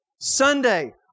Sunday